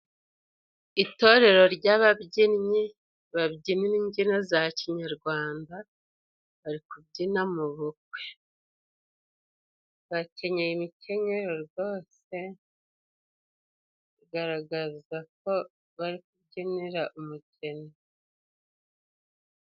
Itorero ry'ababyinnyi babyina imbyino za kinyarwanda. bari kubyina mu bukwe ,bakenyeye imikenye rwose, igaragaza ko bari kubyinira umugeni.